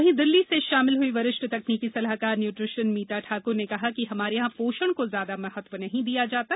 वहीं दिल्ली से शामिल हुई वरिष्ठ तकनीकी सलाहकार न्यूट्रीशन मीता ठाकुर ने कहा कि हमारे यहां पोषण को ज्यादा महत्व नहीं दिया जाता है